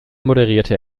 moderierte